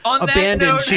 abandoned